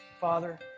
Father